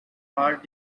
heart